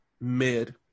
mid